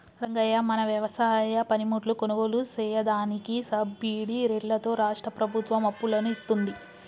రంగయ్య మన వ్యవసాయ పనిముట్లు కొనుగోలు సెయ్యదానికి సబ్బిడి రేట్లతో రాష్ట్రా ప్రభుత్వం అప్పులను ఇత్తుంది